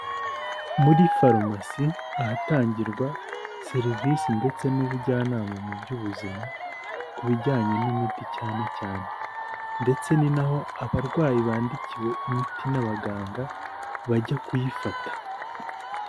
Muri farumasi ahatangirwa serivisi ndetse n'ubujyanama mu by'ubuzima ku bijyanye n'imiti cyane cyane, ndetse ni na ho abarwayi bandikiwe imiti n'abaganga bajya kuyifata.